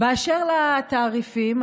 באשר לתעריפים,